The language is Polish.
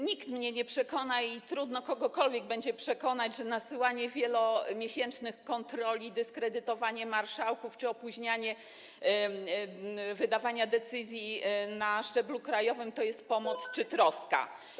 Nikt mnie nie przekona i trudno kogokolwiek będzie przekonać, że nasyłanie wielomiesięcznych kontroli, dyskredytowanie marszałków czy opóźnianie wydawania decyzji na szczeblu krajowym to jest pomoc czy troska.